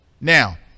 now